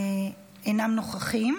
אינם נוכחים.